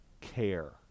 care